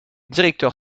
directeur